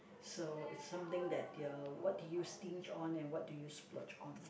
so it's something that uh what do you stinge on and what do you splurge on